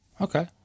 Okay